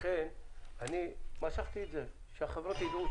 לכן משכתי את זה ודרשתי מסמך